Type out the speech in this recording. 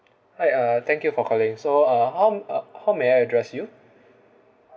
hi uh thank you for calling so uh how uh how may I address you